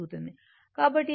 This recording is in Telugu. కాబట్టి ఇది v cos θ